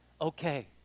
Okay